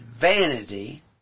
vanity